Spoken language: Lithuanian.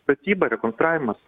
statyba rekonstravimas